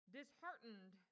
disheartened